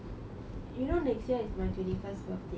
you know next year is my twenty first birthday